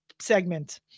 segment